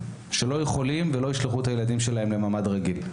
שלא יכולים ולא ישלחו את הילדים שלהם לממ"ד רגיל.